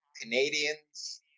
Canadians